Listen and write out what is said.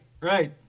right